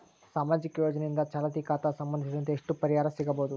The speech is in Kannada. ಸಾಮಾಜಿಕ ಯೋಜನೆಯಿಂದ ಚಾಲತಿ ಖಾತಾ ಸಂಬಂಧಿಸಿದಂತೆ ಎಷ್ಟು ಪರಿಹಾರ ಸಿಗಬಹುದು?